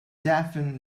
deafened